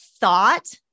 thought